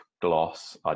Gloss